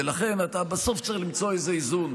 ולכן אתה בסוף צריך למצוא איזה איזון.